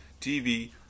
TV